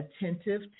attentive